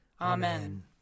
Amen